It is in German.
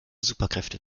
superkräfte